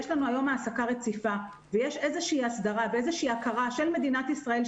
יש לנו היום העסקה רציפה ויש איזו הסדרה והכרה של מדינת ישראל,